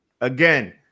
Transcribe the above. again